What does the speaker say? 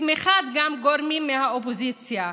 גם בתמיכת גורמים מהאופוזיציה.